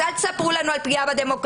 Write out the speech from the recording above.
אז אל תספרו לנו על פגיעה בדמוקרטיה.